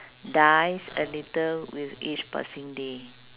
dies a little with each passing day